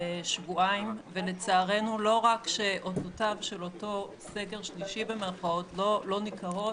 שבועיים ולצערנו לא רק שאותותיו של אותו סגר שלישי לא ניכרות,